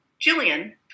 Jillian